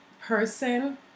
person